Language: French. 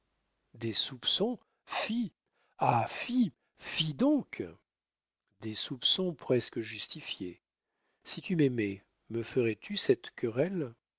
des soupçons fi ah fi fi donc des soupçons presque justifiés si tu m'aimais me ferais-tu cette querelle